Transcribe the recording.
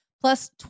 plus